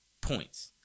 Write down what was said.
points